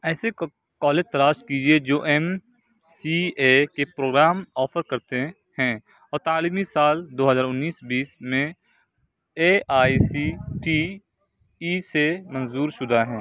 ایسے کا کالج تلاش کیجیے جو ایم سی اے کے پروگرام آفر کرتے ہیں اور تعلیمی سال دو ہزار انیس بیس میں A I C T E سے منظور شدہ ہیں